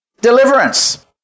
deliverance